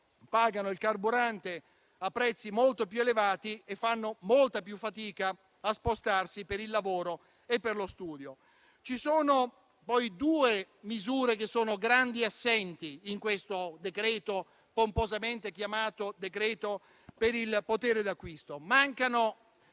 pagano il carburante a prezzi molto più elevati e fanno molta più fatica a spostarsi per lavoro e per studio. Ci sono poi due misure che sono grandi assenti in questo decreto-legge pomposamente chiamato decreto per il potere d'acquisto: